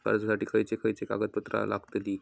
कर्जासाठी खयचे खयचे कागदपत्रा लागतली?